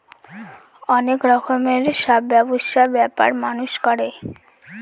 অনেক রকমের সব ব্যবসা ব্যাপার মানুষ করে